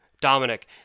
Dominic